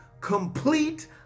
complete